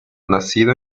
nacido